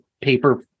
paper